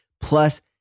plus